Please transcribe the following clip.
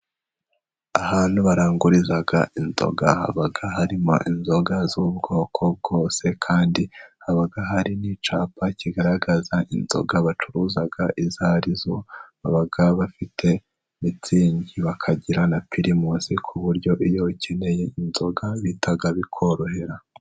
Ahantu baranguriza inzoga haba harimo inzoga z'ubwoko bwose, kandi haba hari n'icyapa kigaragaza inzoga bacuruza izo ari zo. Baba bafite mitsingi, bakagira na pirimusi, ku buryo iyo ukeneye inzoga bihita bikorohera.